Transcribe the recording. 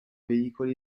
veicoli